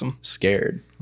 scared